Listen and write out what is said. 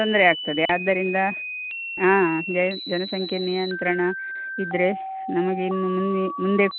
ತೊಂದರೆ ಆಗ್ತದೆ ಆದ್ದರಿಂದ ಹಾಂ ಜನ್ ಜನಸಂಖ್ಯೆ ನಿಯಂತ್ರಣ ಇದ್ದರೆ ನಮಗೆ ಇನ್ನು ಮುನ್ನೆ ಮುಂದೆ